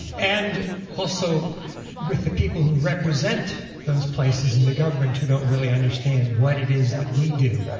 and also with the people who represent those places in the government who don't really understand what it is that we do.